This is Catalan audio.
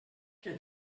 què